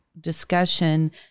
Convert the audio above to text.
Discussion